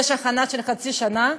יש הכנה של חצי שנה.